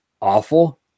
awful